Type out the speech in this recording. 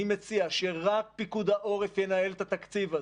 אני מציע שרק פיקוד העורף ינהל את התקציב הזה,